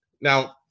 now